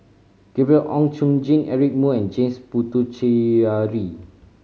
Gabriel Oon Chong Jin Eric Moo and James Puthucheary